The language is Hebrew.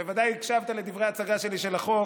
ודאי הקשבת לדברי ההצגה שלי, של החוק.